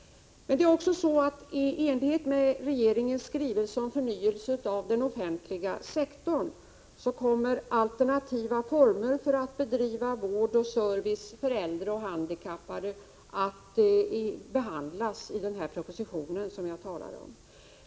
I enlighet med regeringens skrivelse om förnyelse av den offentliga sektorn kommer alternativa former för att bedriva vård och service för äldre och handikappade att behandlas i den proposition som jag tidigare talade om.